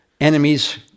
enemies